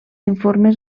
informes